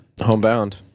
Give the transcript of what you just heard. homebound